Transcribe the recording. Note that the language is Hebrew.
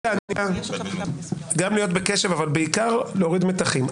מציע גם להיות בקשב אבל בעיקר להוריד מתחים.